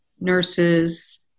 nurses